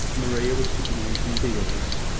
maria was sitting on some deals,